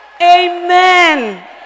Amen